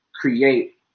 create